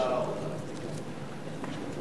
דמי ההבראה בשירות הציבורי בשנת 2010 (הוראת שעה),